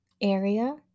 area